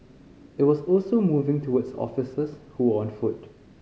it was also moving towards officers who were on foot